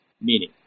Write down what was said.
meaning